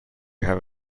have